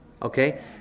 Okay